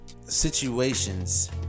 situations